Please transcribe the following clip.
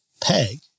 peg